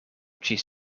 ĝis